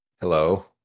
Hello